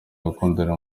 gukundana